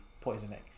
poisoning